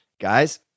Guys